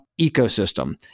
ecosystem